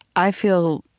i feel,